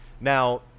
Now